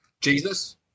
Jesus